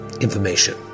information